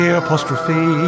apostrophe